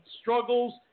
struggles